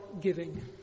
giving